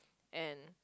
and